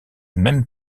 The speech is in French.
même